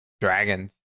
dragons